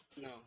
No